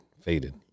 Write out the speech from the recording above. Faded